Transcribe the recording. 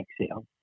exhale